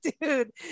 dude